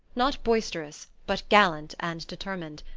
not boisterous, but gallant and determined.